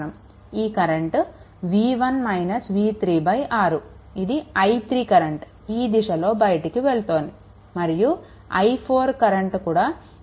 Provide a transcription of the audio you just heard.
ఈ కరెంట్ 6 ఇది i3 current ఈ దిశలో బయటికి వెళ్తోంది మరియు i4 కరెంట్ కూడా ఈ దిశలో బయటికి వెళ్తోంది